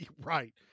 Right